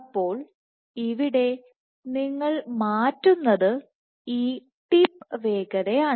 അപ്പോൾ ഇവിടെ നിങ്ങൾ മാറ്റുന്നത് ഈ ടിപ്പ് വേഗതയാണ്